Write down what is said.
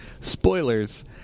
spoilers